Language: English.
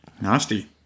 Nasty